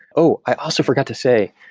oh! i also forgot to say.